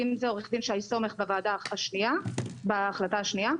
ואם זה עורך דין שי סומך בהחלטה השנייה.